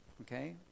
Okay